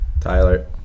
Tyler